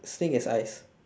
snake has eyes